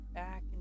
back